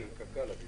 מיקי.